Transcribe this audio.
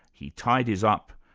he tidies up,